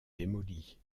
démolie